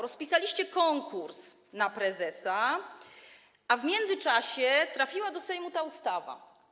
Rozpisaliście konkurs na prezesa, a w międzyczasie trafiła do Sejmu ta ustawa.